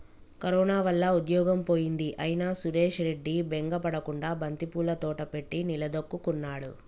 corona వల్ల ఉద్యోగం పోయింది అయినా సురేష్ రెడ్డి బెంగ పడకుండా బంతిపూల తోట పెట్టి నిలదొక్కుకున్నాడు